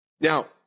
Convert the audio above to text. Now